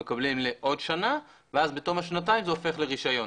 מקבלים לעוד שנה ואז בתום השנתיים זה הופך לרישיון.